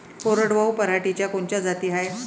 कोरडवाहू पराटीच्या कोनच्या जाती हाये?